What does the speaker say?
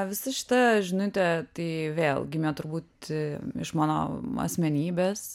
visa šita žinutė tai vėl gimė turbūt iš mano asmenybės